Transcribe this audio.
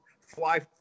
fly